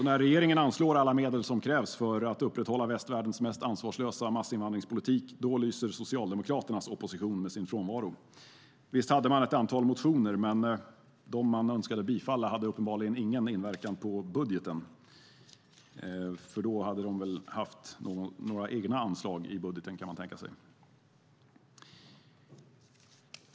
När regeringen anslår alla medel som krävs för att upprätthålla västvärldens mest ansvarslösa massinvandringspolitik, då lyser socialdemokraternas opposition med sin frånvaro. Visst hade man ett antal motioner. Men de man önskade bifalla hade uppenbarligen ingen inverkan på budgeten. I så fall hade de haft några egna anslag i budgeten, kan man tänka sig.